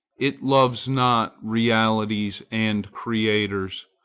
it loves not realities and creators,